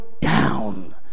down